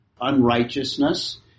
unrighteousness